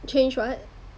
change what